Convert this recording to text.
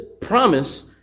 promise